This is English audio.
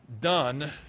done